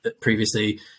previously